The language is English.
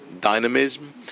dynamism